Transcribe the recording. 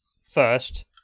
first